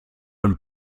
und